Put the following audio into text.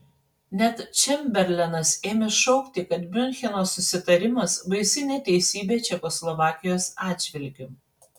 net čemberlenas ėmė šaukti kad miuncheno susitarimas baisi neteisybė čekoslovakijos atžvilgiu